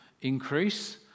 increase